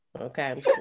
Okay